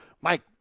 Mike